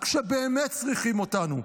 רק כשבאמת צריכים אותנו.